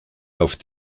auf